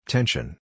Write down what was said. Tension